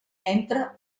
entra